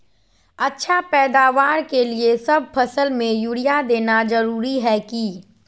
अच्छा पैदावार के लिए सब फसल में यूरिया देना जरुरी है की?